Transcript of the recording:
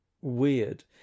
weird